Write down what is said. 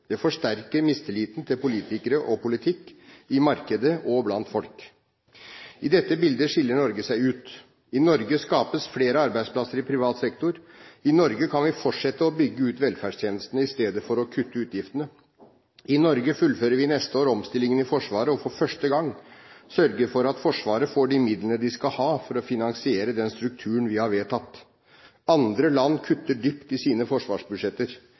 Det forsterker mistilliten til politikere og politikk, i markedet og blant folk. I dette bildet skiller Norge seg ut. I Norge skapes flere arbeidsplasser i privat sektor. I Norge kan vi fortsette å bygge ut velferdstjenestene i stedet for å kutte utgiftene. I Norge fullfører vi neste år omstillingen i Forsvaret, og for første gang sørger vi for at Forsvaret får de midlene det skal ha for å finansiere den strukturen vi har vedtatt. Andre land kutter dypt i sine forsvarsbudsjetter.